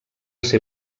ser